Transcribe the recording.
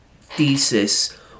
thesis